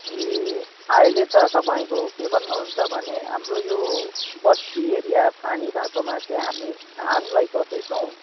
ए अहिले त तपाईँको के भन्नुहुन्छ भने हाम्रो यो बस्ती एरिया पानी भएकोमा चाहिँ हामी धानलाई गर्दैछौँ